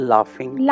Laughing